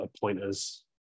pointers